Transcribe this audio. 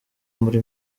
muri